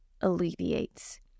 alleviates